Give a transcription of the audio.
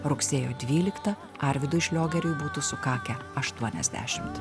rugsėjo dvyliktą arvydui šliogeriui būtų sukakę aštuoniasdešimt